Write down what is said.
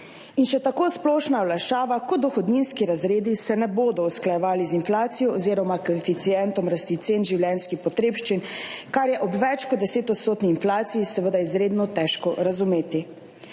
In še tako splošna olajšava kot dohodninski razredi se ne bodo usklajevali z inflacijo oziroma koeficientom rasti cen življenjskih potrebščin, kar je ob več kot 10 % inflaciji seveda izredno težko razumeti.